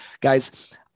guys